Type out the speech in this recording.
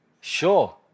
Sure